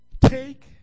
take